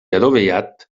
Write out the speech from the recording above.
adovellat